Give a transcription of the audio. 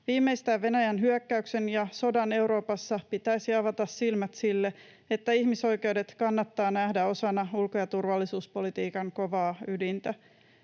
Viimeistään Venäjän hyökkäyksen ja sodan Euroopassa pitäisi avata silmät sille, että ihmisoikeudet kannattaa nähdä osana ulko- ja turvallisuuspolitiikan kovaa ydintä.